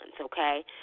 okay